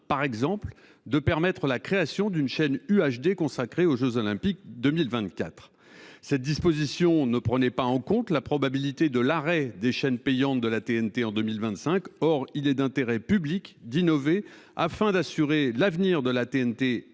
par exemple, de permettre la création d'une chaîne UHD consacrée aux jeux Olympiques de 2024. Cette disposition ne prenait pas en compte la probabilité de l'arrêt des chaînes payantes de la TNT en 2025. Or il est d'intérêt public d'innover afin d'assurer l'avenir de la TNT.